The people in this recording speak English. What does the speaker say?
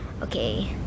Okay